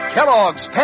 Kellogg's